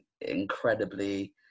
incredibly